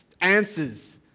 answers